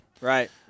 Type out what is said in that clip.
Right